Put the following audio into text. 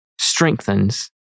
strengthens